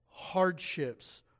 hardships